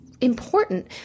important